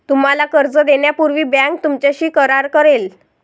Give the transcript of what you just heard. तुम्हाला कर्ज देण्यापूर्वी बँक तुमच्याशी करार करेल